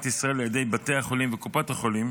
ישראל על ידי בתי החולים וקופות החולים,